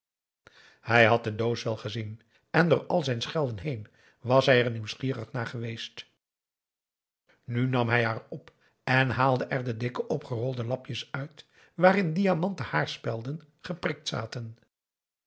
hij had de doos wel gezien en door al zijn schelden heen was hij er nieuwsgierig naar geweest nu nam hij haar op en haalde er de dikke opgerolde lapjes uit waarin diamanten haarspelden geprikt zaten